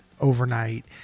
overnight